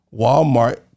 Walmart